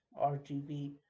RGB